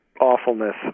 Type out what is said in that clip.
awfulness